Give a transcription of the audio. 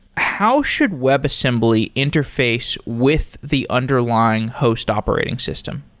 how should webassembly interface with the underlying host operating system?